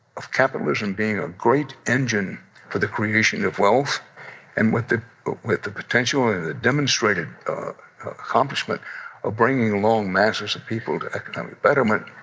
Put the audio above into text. of capitalism being a great engine for the creation of wealth and with the with the potential and the demonstrated accomplishment of bringing along masses of people to economic betterment